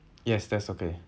yes that's okay